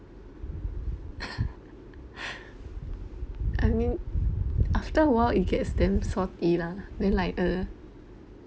I mean after a while it gets damn salty lah then like uh